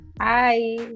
Hi